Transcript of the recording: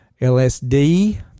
LSD